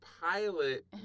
pilot